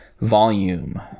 volume